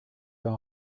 pas